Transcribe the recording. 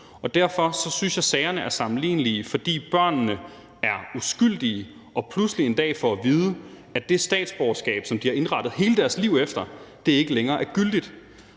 Derfor synes jeg, at sagerne er sammenlignelige, fordi børnene er uskyldige. De får pludselig en dag at vide, at det statsborgerskab, som de har indrettet hele deres liv efter, ikke længere er gyldigt,